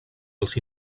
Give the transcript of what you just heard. els